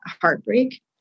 heartbreak